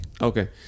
Okay